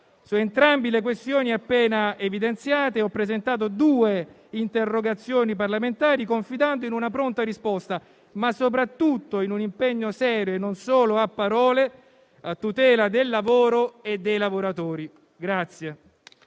Su entrambe le questioni appena evidenziate ho presentato due interrogazioni parlamentari, confidando in una pronta risposta, ma soprattutto in un impegno serio, non solo a parole, a tutela del lavoro e dei lavoratori.